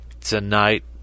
tonight